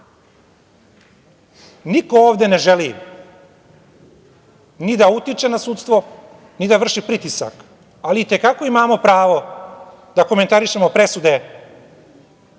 ovde ne želi ni da utiče na sudstvo, ni da vrši pritisak, ali i te kako imamo pravo da komentarišemo presude